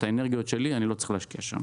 ואת האנרגיות שלי אני לא צריך להשקיע שם.